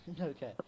Okay